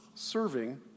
serving